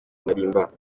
malimba